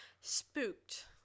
spooked